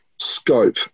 scope